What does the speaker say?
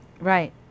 Right